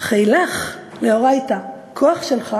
"חילך לאורייתא", הכוח שלך